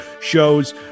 shows